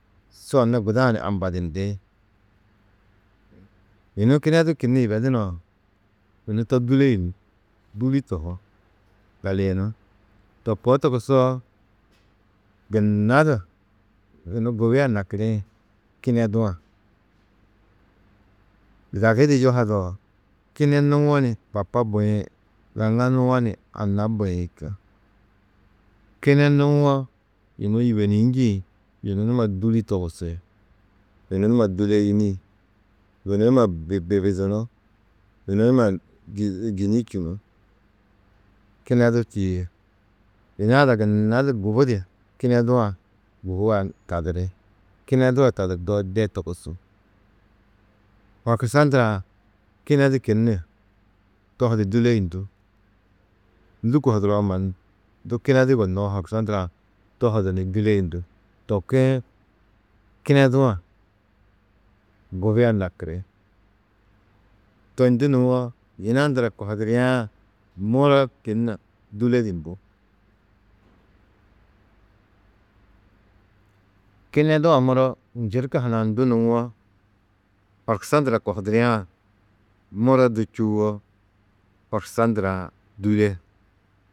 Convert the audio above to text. Su anna guda-ã ni ambadindi. Yunu kinedu kinnu yibedunã, yunu to dûleyunú, dûli tohú, galiyunú, to koo togusoo, gunna du yunu gubia nakirĩ kinedu-ã. Dagi di yuhado: « kinenuwo ni bapa buĩ, gaŋanuwo ni anna buĩ » čuo. Kinenuwo, yunu yibenîĩ njîĩ, yunu numa dûli togusi, yunu numa dûleyini, yunu numa bibidunú, yunu numa gîničunú, kinedu čîi. Yina ada gunna du gubudi, kinedu-ã gubugaa tadiri. Kinedu-ã tadurdoo de togusú, horkusa ndurã kinedu kinnu tohudu dûleyundú, ndû kohuduroo mannu, du kinedu yugonnoo, horkusa ndurã tohudu ni dûleyundú, to kuĩ kinedu-ã gubia nakiri. To ndû nuwo yina ndura kohidiriã muro kinnu dûledundú. Kinedu-ã muro njirka hunã ndû nuwo, horkusa ndura kohidiriã muro du čûwo horkusa ndurã dûle. 01:24